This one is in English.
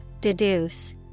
deduce